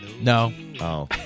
No